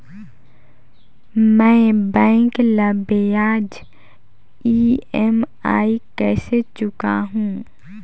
मैं बैंक ला ब्याज ई.एम.आई कइसे चुकाहू?